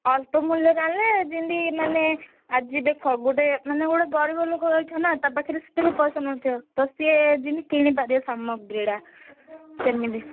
ଅଳ୍ପ ମୂଲ୍ୟରେ ଆଣିଲେ ଯେମିତି ମାନେ ଆଜି ଦେଖ ଗୁଟେ ମାନେ ଗୁଟେ ଗରିବ ଲୋକ ରହିଛନ୍ତି ନା ତା ପାଖରେ ସେତେ ବି ପଇସା ନଥିବ ତ ସିଏ ଯେମିତି କିଣି ପାରିବ ସାମଗ୍ରୀ ଗୁଡ଼ା ସେମିତି